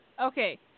Okay